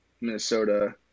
Minnesota